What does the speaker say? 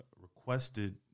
requested